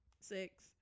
six